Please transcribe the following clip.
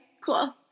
Cool